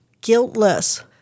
guiltless